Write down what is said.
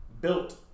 built